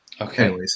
okay